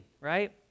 right